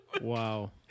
Wow